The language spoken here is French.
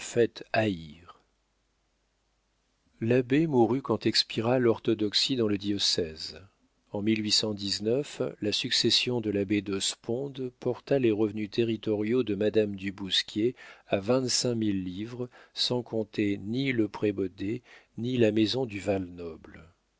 haïr l'abbé mourut quand expira l'orthodoxie dans le diocèse en la succession de l'abbé de sponde porta les revenus territoriaux de madame du bousquier à vingt-cinq mille livres sans compter ni le prébaudet ni la maison du